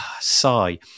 sigh